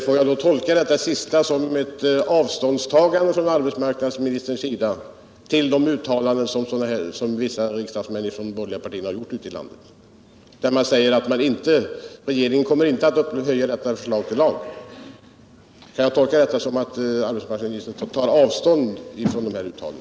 Herr talman! Får jag tolka detta så att arbetsmarknadsministern tar avstånd från de uttalanden som vissa borgerliga riksdagsmän gjort ute i landet, där det förklarats att regeringen inte kommer att upphöja förslaget till lag?